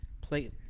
play